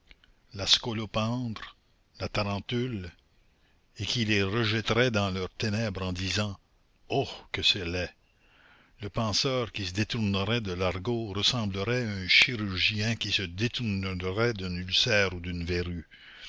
la scolopendre la tarentule et qui les rejetterait dans leurs ténèbres en disant oh que c'est laid le penseur qui se détournerait de l'argot ressemblerait à un chirurgien qui se détournerait d'un ulcère ou d'une verrue